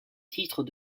titre